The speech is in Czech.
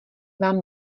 vám